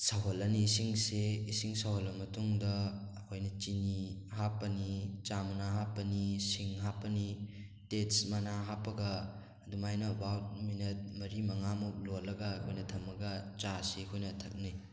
ꯁꯧꯍꯜꯂꯅꯤ ꯏꯁꯤꯡꯁꯦ ꯏꯁꯤꯡ ꯁꯧꯍꯜꯂꯕ ꯃꯇꯨꯡꯗ ꯑꯩꯈꯣꯏꯅ ꯆꯤꯅꯤ ꯍꯥꯞꯄꯅꯤ ꯆꯥ ꯃꯅꯥ ꯍꯥꯞꯄꯅꯤ ꯁꯤꯡ ꯍꯥꯞꯄꯅꯤ ꯇꯦꯖ ꯃꯅꯥ ꯍꯥꯞꯄꯒ ꯑꯗꯨꯃꯥꯏꯅ ꯑꯕꯥꯎꯠ ꯃꯤꯅꯠ ꯃꯔꯤ ꯃꯉꯥꯃꯨꯛ ꯂꯣꯜꯂꯒ ꯑꯩꯈꯣꯏꯅ ꯊꯝꯃꯒ ꯆꯥꯁꯤ ꯑꯩꯈꯣꯏꯅ ꯊꯛꯅꯩ